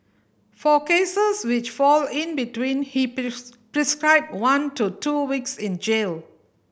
for cases which fall in between he prescribed one to two weeks in jail